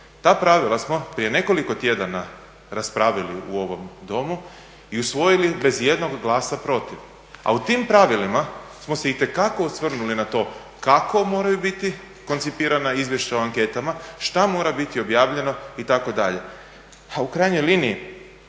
Ta pravila smo prije nekoliko tjedana raspravili u ovom Domu i usvojili bez ijednog glasa protiv. A u tim pravilima smo se itekako osvrnuli na to kako moraju biti koncipirana izvješća o anketama, što mora biti objavljeno itd. A u krajnjoj liniji